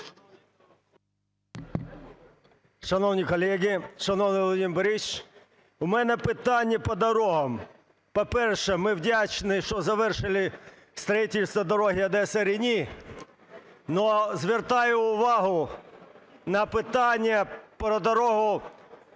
Шановні колеги! Шановний Володимир Борисович! У мене питання по дорогам. По-перше, ми вдячні, що завершили будівництво дороги Одеса-Рені. Але звертаю увагу на питання про дорогу